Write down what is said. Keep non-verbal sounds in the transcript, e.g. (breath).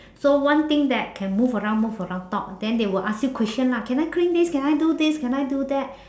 (breath) so one thing that can move around move around talk then they will ask you question lah can I clean this can I do this can I do that